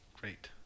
Great